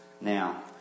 Now